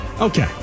Okay